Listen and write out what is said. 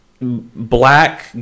black